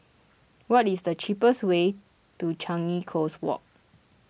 what is the cheapest way to Changi Coast Walk